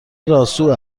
راسو